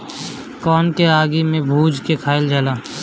कोन के आगि में भुज के खाइल जाला